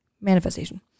Manifestation